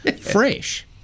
fresh